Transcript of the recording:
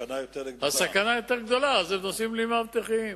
הסכנה יותר גדולה, אז הם נוסעים בלי מאבטחים.